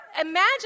imagine